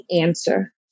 answer